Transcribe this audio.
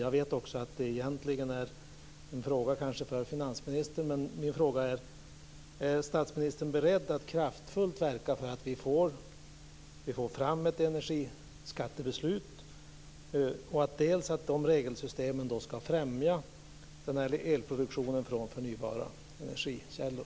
Jag vet att det kanske egentligen är en fråga för finansministern, men min fråga är: Är statsministern beredd att kraftfullt verka för att vi får fram ett energiskattebeslut och att de regelsystemen ska främja elproduktionen från förnybara energikällor?